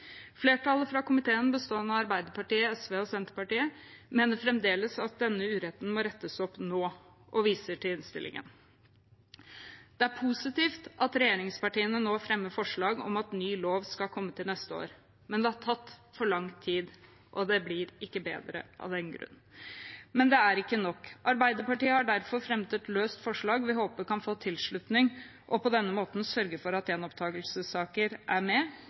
Flertallet i komiteen, bestående av Arbeiderpartiet, SV og Senterpartiet, mener fremdeles at denne uretten må rettes opp nå, og viser til innstillingen. Det er positivt at regjeringspartiene nå fremmer forslag om at ny lov skal komme til neste år, men det har tatt for lang tid, og det blir ikke bedre av den grunn. Det er ikke nok. Arbeiderpartiet har derfor fremmet et løst forslag vi håper kan få tilslutning og på denne måten sørge for at gjenopptakelsessaker er med.